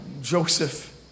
Joseph